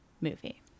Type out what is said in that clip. movie